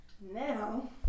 Now